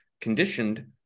conditioned